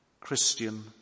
Christian